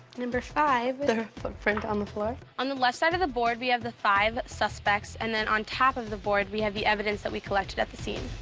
number five, the footprint on the floor. on the left side of the board, we have the five suspects, and then on top of the board, we have the evidence that we collected at the scene.